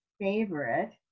favorite